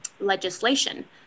legislation